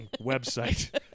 website